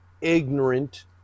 ignorant